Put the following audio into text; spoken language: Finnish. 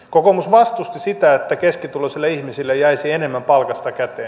kokoomus vastusti sitä että keskituloisille ihmisille jäisi enemmän palkasta käteen